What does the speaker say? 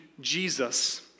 Jesus